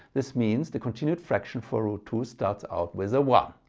this means the continued fraction for root two starts out with a one.